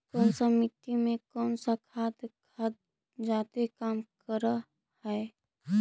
कौन सा मिट्टी मे कौन सा खाद खाद जादे काम कर हाइय?